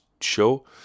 show